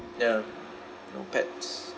ya no pets